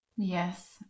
yes